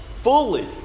fully